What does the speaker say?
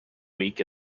week